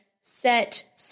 set